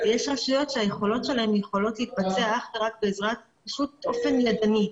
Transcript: ויש רשויות שהיכולות שלהן יכולות להתבצע אך ורק באופן ידני.